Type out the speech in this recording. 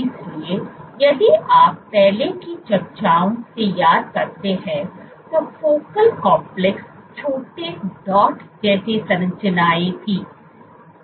इसलिए यदि आप पहले की चर्चाओं से याद करते हैं तो फोकल कॉम्प्लेक्स छोटे डॉट जैसी संरचनाएं थीं